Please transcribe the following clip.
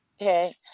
Okay